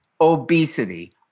obesity